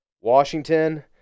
Washington